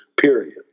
period